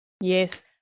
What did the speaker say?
Yes